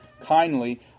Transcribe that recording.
kindly